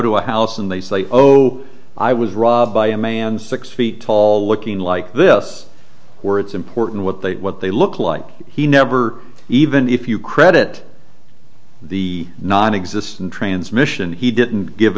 to a house and they say oh i was robbed by a man six feet tall looking like this where it's important what they what they look like he never even if you credit the nonexistent transmission he didn't give